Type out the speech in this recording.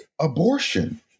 abortion